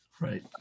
Right